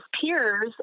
peers